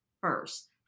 first